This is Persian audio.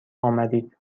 آمدید